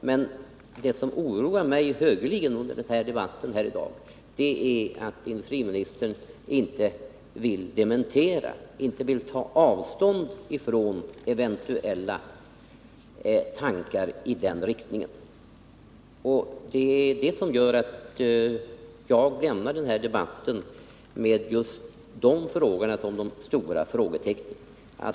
Men det som oroat mig högeligen under debatten i dag är att industriministern inte vill dementera eller ta avstånd från eventuella tankar i den riktningen. Det är det som gör att jag lämnar den här debatten med de stora frågetecknen just vid de frågorna.